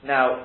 Now